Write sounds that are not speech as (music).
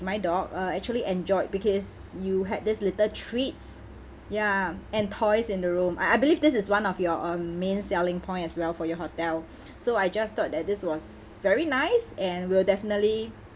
my dog uh actually enjoyed because you had this little treats ya and toys in the room I I believe this is one of your um main selling point as well for your hotel (breath) so I just thought that this was very nice and we'll definitely